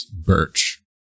Birch